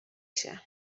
się